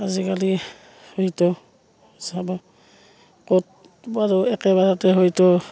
আজিকালি হয়তো চব ক'ত বাৰু একেবাৰেতে হয়তো